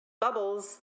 bubbles